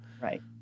right